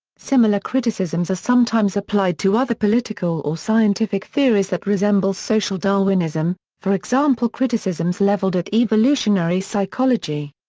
similar criticisms are sometimes applied to other political or scientific theories that resemble social darwinism, for example criticisms leveled at evolutionary psychology.